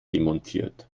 demontiert